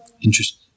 Interesting